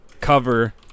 cover